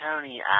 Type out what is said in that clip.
Tony